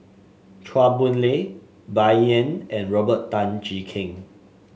Chua Boon Lay Bai Yan and Robert Tan Jee Keng